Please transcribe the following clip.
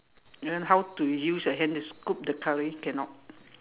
and then how to use your hand to scoop the curry cannot